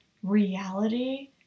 reality